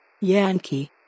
yankee